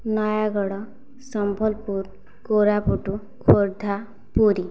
Nayagarh Sambalpur Koraput Khordha Puri